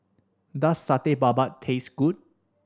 does Satay Babat taste good